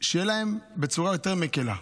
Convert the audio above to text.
שיהיה להם בצורה יותר מקילה,